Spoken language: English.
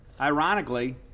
ironically